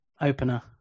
opener